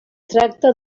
tracta